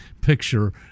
picture